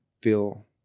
feel